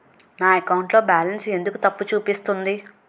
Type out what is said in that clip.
నా అకౌంట్ లో బాలన్స్ ఎందుకు తప్పు చూపిస్తుంది?